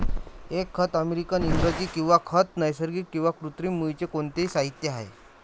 एक खत अमेरिकन इंग्रजी किंवा खत नैसर्गिक किंवा कृत्रिम मूळचे कोणतेही साहित्य आहे